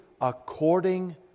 according